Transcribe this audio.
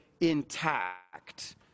intact